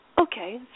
Okay